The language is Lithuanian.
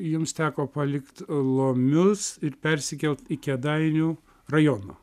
jums teko palikt lomius ir persikelt į kėdainių rajono